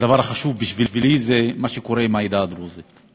והדבר החשוב בשבילי זה מה שקורה עם העדה הדרוזית.